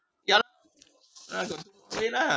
ya lah uh okay lah